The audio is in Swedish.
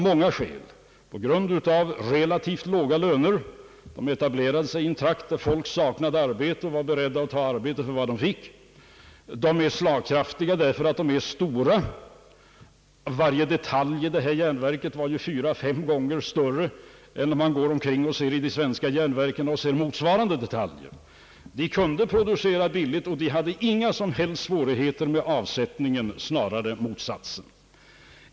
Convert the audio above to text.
Lönerna är relativt låga — man etablerade sig i en trakt där människorna saknade arbete och var beredda att ta anställning för vad de fick — och kapaciteten är, som nämnts, mycket stor — varje detalj i det här järnverket är fyra —fem gånger större än motsvarande detaljer i de svenska järnverken. Det kan producera billigt och har inga som helst svårigheter med avsättningen, snarare motsatsen.